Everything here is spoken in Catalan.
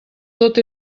tot